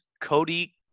Cody